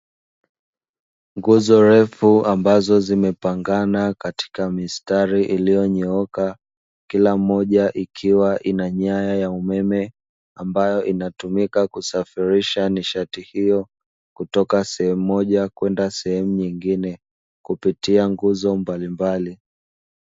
Nguzo refu ambazo zimepangana katika mistari iliyonyooka, kila moja ikiwa ina nyaya ya umeme ambayo inatumika kusafirisha nishati hiyo kutoka sehemu moja kwenda sehemu nyingine, kupitia nguzo mbalimbali.